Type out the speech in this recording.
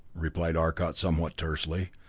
replied arcot somewhat tersely.